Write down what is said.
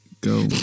go